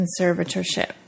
conservatorship